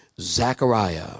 Zechariah